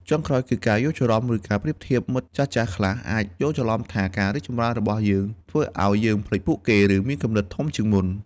ចុងក្រោយ គឺ ការយល់ច្រឡំ ឬការប្រៀបធៀប មិត្តចាស់ៗខ្លះអាចយល់ច្រឡំថាការរីកចម្រើនរបស់យើងធ្វើឱ្យយើងភ្លេចពួកគេ ឬមានគំនិតធំជាងមុន។